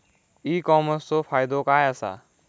E कॉमर्सचो फायदो काय असा?